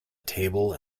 table